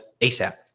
ASAP